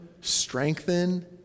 strengthen